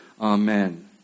Amen